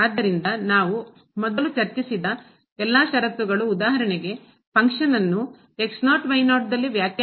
ಆದ್ದರಿಂದ ನಾವು ಮೊದಲು ಚರ್ಚಿಸಿದ ಎಲ್ಲಾ ಷರತ್ತುಗಳು ಉದಾಹರಣೆಗೆ ಫಂಕ್ಷನ್ ಅನ್ನು ಕ್ರಿಯೆ ದಲ್ಲಿ ವ್ಯಾಖ್ಯಾನಿಸಲಾಗಿದೆ